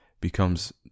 becomes